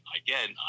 again